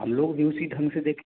हम लोग भी उसी ढंग से देखें